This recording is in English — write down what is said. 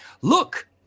look